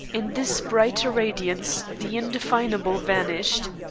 in this brighter radiance the indefinable vanished.